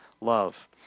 love